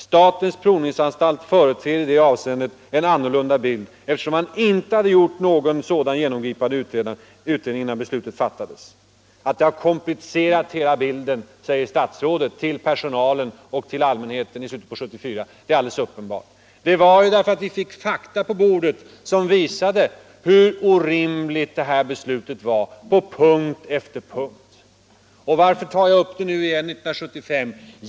Statens provningsanstalt företer i det avseendet en något annorlunda bild, eftersom man inte hade gjort någon sådan genomgripande utredning innan beslutet fattades.” ”Att det komplicerat bilden”, fortsatte statsrådet i sitt tal till personalen, ”är alldeles uppenbart.” Det var när vi fick fakta på bordet som vi såg hur orimligt det här beslutet var. Varför tar jag nu upp frågan igen år 1975?